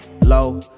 low